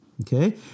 Okay